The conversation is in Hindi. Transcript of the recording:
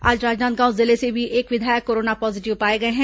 आज राजनांदगांव जिले से भी एक विधायक कोरोना पॉजीटिव पाए गए हैं